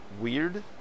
weird